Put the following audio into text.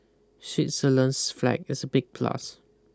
Switzerland's flag is a big plus